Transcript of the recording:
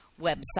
website